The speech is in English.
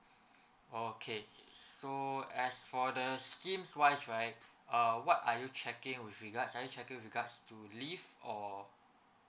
okay so as for the schemes wise right uh what are you checking with regards are check with regards to leave or